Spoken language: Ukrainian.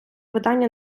видання